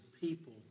people